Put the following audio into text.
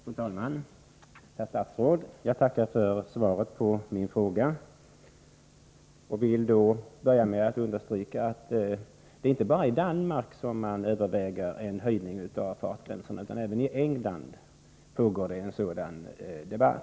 Fru talman! Herr statsråd! Jag ber att få tacka för svaret på min fråga. Jag vill börja med att understryka att det inte bara är i Danmark som man överväger en höjning av farten, även i England pågår en debatt om detta.